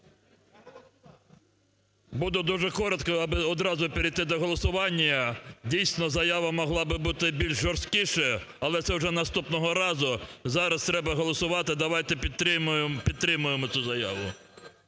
Буду дуже коротко, аби одразу перейти до голосування. Дійсно заява могла би бути більш жорсткіша, але це вже наступного разу. Зараз треба голосувати, давайте підтримаємо цю заяву.